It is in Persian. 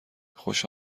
خوش